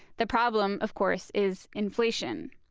the problem, of course, is inflation.